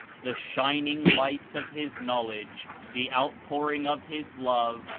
the shining light of his knowledge, the outpouring of his love,